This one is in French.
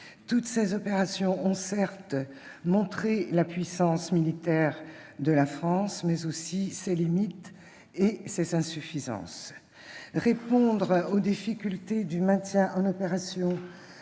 Toutes les opérations menées ont certes montré la puissance militaire de la France, mais aussi ses limites et ses insuffisances. Répondre aux difficultés du maintien en condition